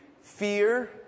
fear